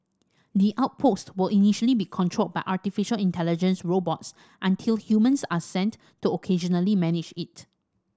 the outpost will initially be controlled by artificial intelligence robots until humans are sent to occasionally manage it